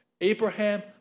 Abraham